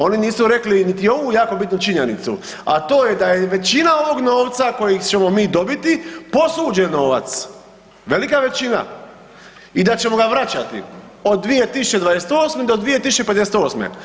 Oni nisu rekli niti ovu jako bitnu činjenicu, a to je da je većina ovog novca kojeg ćemo mi dobiti posuđen novac, velika većina i da ćemo ga vraćati od 2028. do 2058.